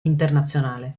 internazionale